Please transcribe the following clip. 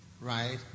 right